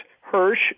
Hirsch